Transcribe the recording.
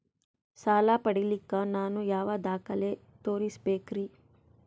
ಸಾಲ ಪಡಿಲಿಕ್ಕ ನಾನು ಯಾವ ದಾಖಲೆ ತೋರಿಸಬೇಕರಿ?